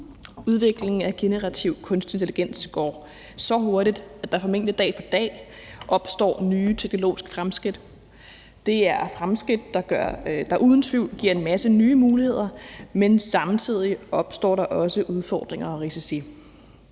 Udviklingen af generativ kunstig intelligens går så hurtigt, at der formentlig dag for dag opstår nye teknologiske fremskridt. Det er fremskridt, der uden tvivl giver en masse nye muligheder, men samtidig opstår der også udfordringer og risici.